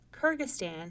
Kyrgyzstan